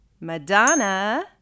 Madonna